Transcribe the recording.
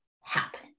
happen